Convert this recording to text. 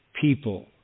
people